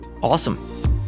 awesome